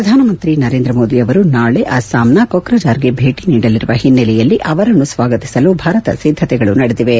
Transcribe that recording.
ಪ್ರಧಾನಮಂತ್ರಿ ನರೇಂದ್ರ ಮೋದಿ ಅವರು ನಾಳಿ ಅಸ್ಸಾಂನ ಕೊಕ್ರಜಾರ್ಗೆ ಭೇಟಿ ನೀಡಲಿರುವ ಹಿನ್ನೆಲೆಯಲ್ಲಿ ಅವರನ್ನು ಸ್ವಾಗತಿಸಲು ಭರದ ಸಿದ್ದತೆಗಳು ನಡೆದಿವೆ